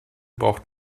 braucht